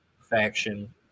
faction